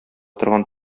торган